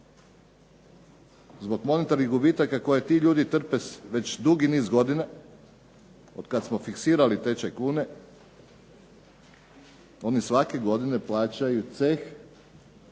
Zbog monetarnih gubitaka koje ti ljudi trpe već dugi niz godina, od kada smo fiksirali tečaj kune, oni svake godine plaćaju ceh